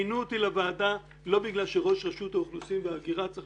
מינו אותי לוועדה לא בגלל שראש רשות האוכלוסין וההגירה צריך